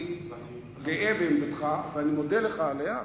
אני גאה בעמדתך ואני מודה לך עליה,